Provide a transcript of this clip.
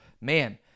man